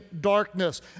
darkness